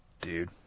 Dude